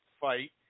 fight